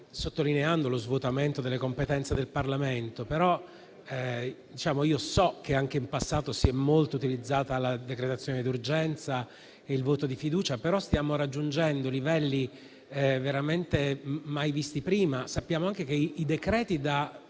sottolineando lo svuotamento delle competenze del Parlamento. Io so che anche in passato si è molto utilizzata la decretazione d'urgenza e il voto di fiducia, ma stiamo raggiungendo livelli veramente mai visti prima. Sappiamo anche che i decreti da